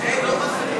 חוטובלי?